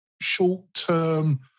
short-term